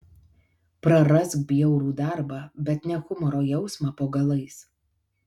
prarask bjaurų darbą bet ne humoro jausmą po galais